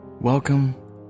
welcome